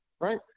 right